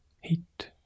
Heat